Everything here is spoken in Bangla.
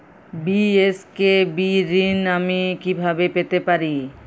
বি.এস.কে.বি ঋণ আমি কিভাবে পেতে পারি?